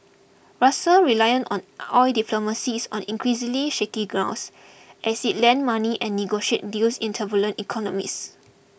Russia rely on oil diplomacy is on increasingly shaky grounds as it lends money and negotiate deals in turbulent economies